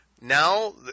Now